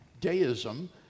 deism